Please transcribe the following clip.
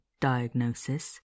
diagnosis